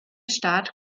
staat